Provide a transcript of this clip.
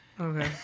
Okay